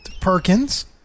Perkins